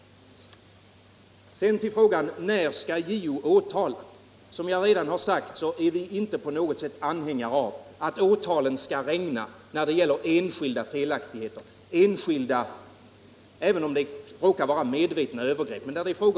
Sedan till frågan när JO skall åtala. Som jag redan tidigare sagt är vi inte på något sätt anhängare av att åtalen skall regna när det gäller enskilda isolerade felaktigheter, även om det råkar vara medvetna övergrepp.